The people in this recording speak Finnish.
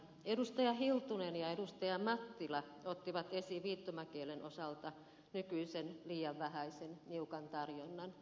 edustaja hiltunen ja edustaja mattila ottivat esiin viittomakielen osalta nykyisen liian vähäisen niukan tarjonnan